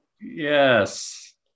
Yes